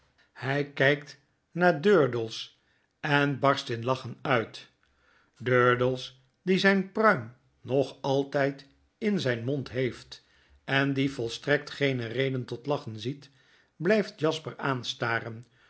hij kijkt naar het geheim van edwin dkood durdels en barst in lachen uit durdels die zijn pruim nog altyd in zijn mond heeft en die volstrekt geene reden tot lachen ziet blyft jasper